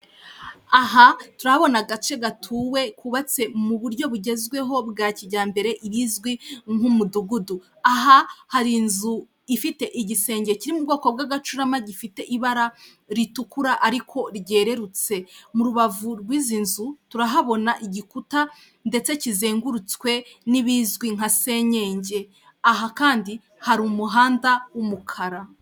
Aha turahabona agace gatuwe kubatse mu buryo bugezweho bwa kijyambere ibizwi nk'umudugudu. Aha hari inzu ifite igisenge kiri mu bwoko bw'agacurama gifite ibara ritukura ariko ryererutse. Mu rubavu rw'izi nzu turahabona igikuta ndetse kizengurutswe n'ibizwi nka senyenge, aha kandi hari umuhanda w'umukara.